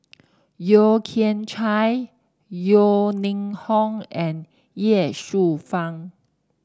Yeo Kian Chai Yeo Ning Hong and Ye Shufang